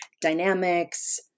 dynamics